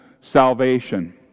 salvation